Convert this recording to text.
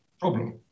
problem